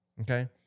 Okay